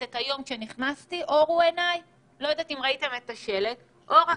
היום כשנכנסתי לכנסת כשראיתי שלט: אורח